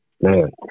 Man